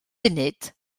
funud